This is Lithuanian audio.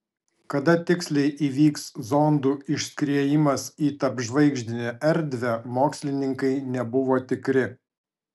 kada tiksliai įvyks zondų išskriejimas į tarpžvaigždinę erdvę mokslininkai nebuvo tikri